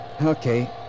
Okay